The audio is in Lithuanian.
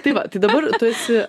tai va tai dabar tu esi